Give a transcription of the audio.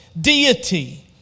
deity